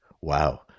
wow